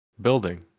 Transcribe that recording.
building